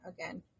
again